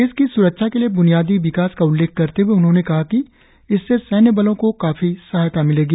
देश की स्रक्षा के लिए ब्नियादी विकास का उल्लेख करते हुए उन्होंने कहा कि इससे सैन्यबलों को काफी सहायता मिलेगी